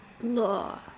law